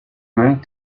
going